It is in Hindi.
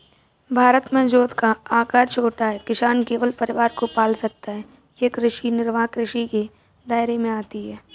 भारत में जोत का आकर छोटा है, किसान केवल परिवार को पाल सकता है ये कृषि निर्वाह कृषि के दायरे में आती है